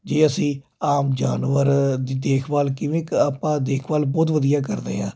ਜੇ ਅਸੀਂ ਆਮ ਜਾਨਵਰ ਦੀ ਦੇਖਭਾਲ ਕਿਵੇਂ ਆਪਾਂ ਦੇਖਭਾਲ ਬਹੁਤ ਵਧੀਆ ਕਰਦੇ ਆ